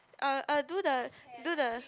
er er do the do the